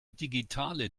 digitale